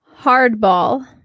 hardball